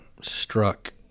struck